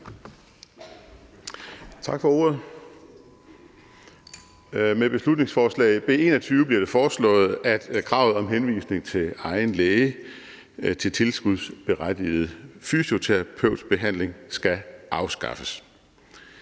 Tak for ordet. Med beslutningsforslaget B 21 bliver det foreslået, at kravet om henvisning til egen læge til tilskudsberettiget fysioterapeutbehandling skal afskaffes.